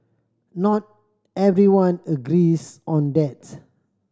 not everyone agrees on that